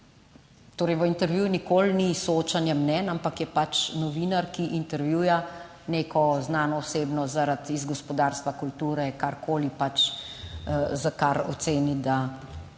v Intervjuju nikoli ni soočenje mnenj, ampak je pač novinar, ki intervjuja neko znano osebno zaradi iz gospodarstva, kulture, karkoli pač, za kar oceni, da je